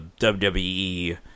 WWE